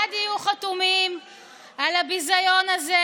על הביזיון הזה,